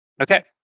Okay